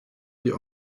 sie